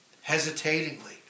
hesitatingly